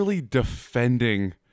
defending